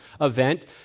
event